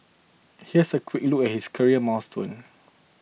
here's a quick look at his career milestones